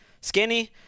skinny